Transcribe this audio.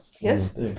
Yes